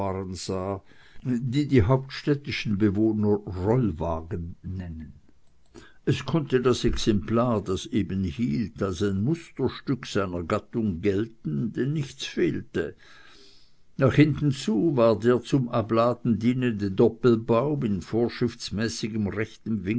die hauptstädtischen bewohner rollwagen nennen es konnte das exemplar das eben hielt als ein musterstück seiner gattung gelten denn nichts fehlte nach hinten zu war der zum abladen dienende doppelbaum in vorschriftsmäßigem